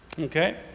okay